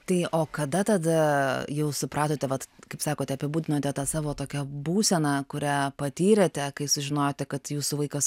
tai o kada tada jau supratote vat kaip sakote apibūdinote tą savo tokią būseną kurią patyrėte kai sužinojote kad jūsų vaikas